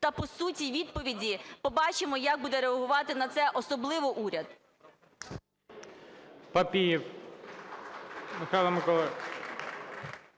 та, по суті, відповіді, побачимо, як буде реагувати на це особливо уряд.